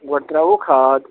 گۄڈٕ ترٛاوَو کھاد